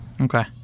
okay